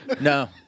No